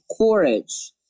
courage